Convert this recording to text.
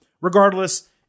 Regardless